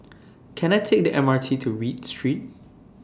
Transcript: Can I Take The M R T to Read Street